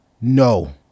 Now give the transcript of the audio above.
No